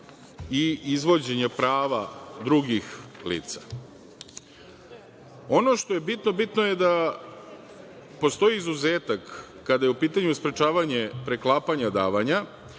i izvođenja prava drugih lica. Ono što je bitno, bitno je da postoji izuzetak kada je u pitanju sprečavanje preklapanja davanja,